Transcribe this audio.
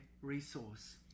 resource